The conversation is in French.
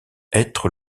être